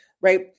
right